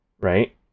Right